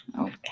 Okay